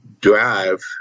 drive